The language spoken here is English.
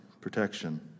protection